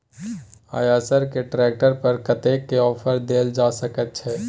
आयसर के ट्रैक्टर पर कतेक के ऑफर देल जा सकेत छै?